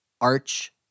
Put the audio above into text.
arch